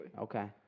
Okay